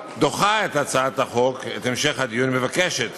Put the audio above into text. שהיא דוחה את הצעת החוק, את המשך הדיון, מבקשת